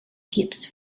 gibbs